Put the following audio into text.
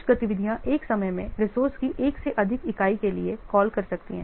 कुछ गतिविधियाँ एक समय में रिसोर्से की 1 से अधिक इकाई के लिए कॉल कर सकती हैं